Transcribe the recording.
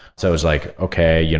so i was like, okay. you know